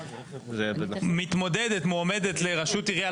מתמודדת לראשות עירייה,